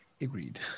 Agreed